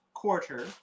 quarter